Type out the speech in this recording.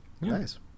Nice